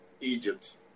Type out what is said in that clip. Egypt